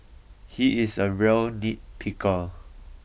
he is a real nitpicker